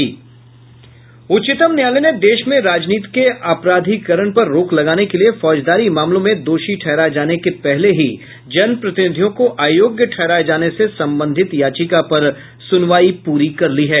उच्चतम न्यायालय ने देश में राजनीति के अपराधीकरण पर रोक लगाने के लिए फौजदारी मामलों में दोषी ठहराए जाने के पहले ही जनप्रतिनिधियों को अयोग्य ठहराए जाने से संबंधित याचिका पर सुनवाई पूरी कर ली है